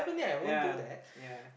ya ya